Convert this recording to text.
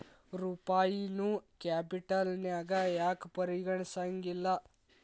ರೂಪಾಯಿನೂ ಕ್ಯಾಪಿಟಲ್ನ್ಯಾಗ್ ಯಾಕ್ ಪರಿಗಣಿಸೆಂಗಿಲ್ಲಾ?